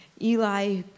Eli